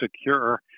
secure